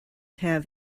have